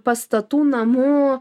pastatų namų